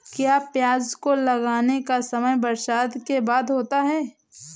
क्या प्याज को लगाने का समय बरसात के बाद होता है?